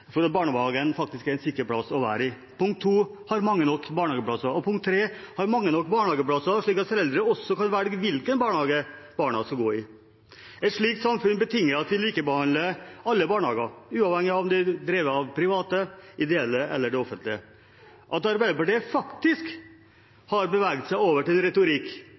for at barnehagen er en sikker plass å være i har mange nok barnehageplasser har så mange barnehageplasser at foreldre også kan velge hvilken barnehage barna skal gå i Et slikt samfunn betinger at vi likebehandler alle barnehager, uavhengig av om de er drevet av private, ideelle eller det offentlige. At Arbeiderpartiet faktisk har beveget seg over til en retorikk